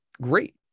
great